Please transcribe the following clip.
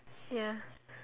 ya